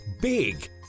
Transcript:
Big